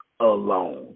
alone